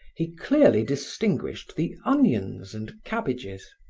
he clearly distinguished the onions and cabbages,